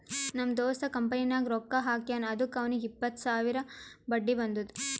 ನಮ್ ದೋಸ್ತ ಕಂಪನಿನಾಗ್ ರೊಕ್ಕಾ ಹಾಕ್ಯಾನ್ ಅದುಕ್ಕ ಅವ್ನಿಗ್ ಎಪ್ಪತ್ತು ಸಾವಿರ ಬಡ್ಡಿ ಬಂದುದ್